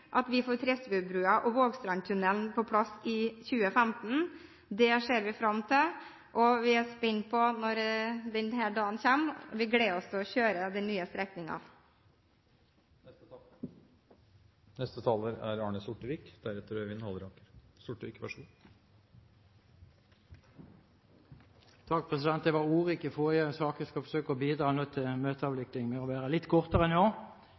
at vi får Tresfjordbrua og Vågstrandstunnelen på plass i 2015. Det ser vi fram til. Vi er spente på når denne dagen kommer, og gleder oss til å kjøre den nye strekningen. Jeg var ordrik i forrige sak. Jeg skal forsøke å bidra til møteavvikling med å være litt kortere nå. E136 mellom Dombås og Ålesund er hovedveien til